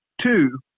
Two